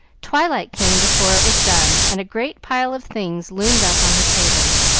twilight came before it was done, and a great pile of things loomed up on her table,